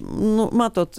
nu matot